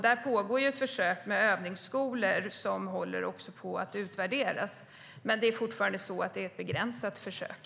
Där pågår ett försök med övningsskolor, som också håller på att utvärderas. Men det är fortfarande ett begränsat försök.